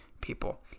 people